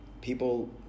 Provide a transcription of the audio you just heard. people